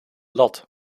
lat